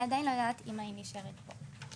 אני עדיין לא יודעת אם אני נשארת פה.